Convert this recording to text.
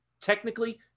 technically